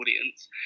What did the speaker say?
audience